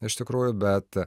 iš tikrųjų bet